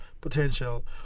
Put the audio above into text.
potential